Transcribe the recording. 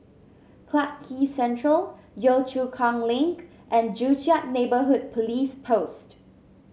Clarke Quay Central Yio Chu Kang Link and Joo Chiat Neighbourhood Police Post